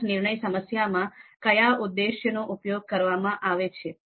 ખાસ નિર્ણય સમસ્યામાં કયા ઉદ્દેશ નો ઉપયોગ કરવામાં આવે છે